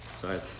Sorry